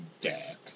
deck